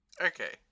Okay